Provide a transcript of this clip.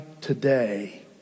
today